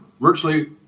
Virtually